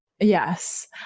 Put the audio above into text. Yes